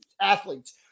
athletes